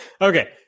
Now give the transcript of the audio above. Okay